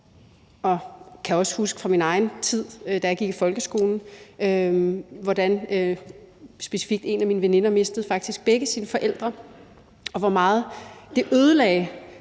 og jeg kan også huske fra min egen tid, da jeg gik i folkeskolen, hvordan specifikt en af mine veninder faktisk mistede begge sine forældre, og hvor meget det ødelagde,